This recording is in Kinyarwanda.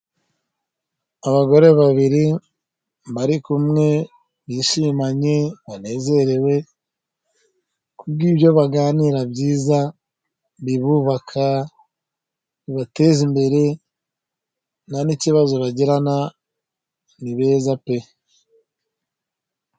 Abagore babiri bari kumwe bishimanye banezerewe, kubwibyo baganira byiza, bibubaka, bibateze imbere nta n'ikibazo bagirana, ni beza pe.